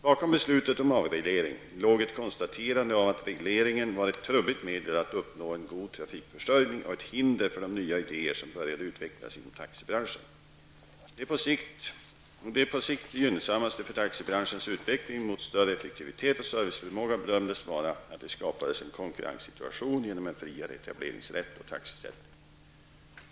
Bakom beslutet om avreglering låg ett konstaterande av att regleringen var ett trubbigt medel att uppnå en god trafikförsörjning och ett hinder för de nya idéer som började utvecklas inom taxibranschen. Det på sikt gynnsammaste för taxibranschens utveckling mot större effektivitet och serviceförmåga bedömdes vara att det skapades en konkurrenssituation genom en friare etableringsrätt och taxesättning.